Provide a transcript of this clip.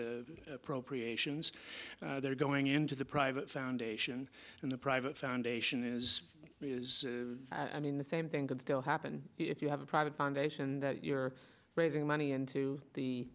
appropriations they're going into the private foundation and the private foundation is i mean the same thing could still happen if you have a private foundation that you're raising money into the